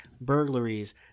burglaries